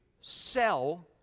sell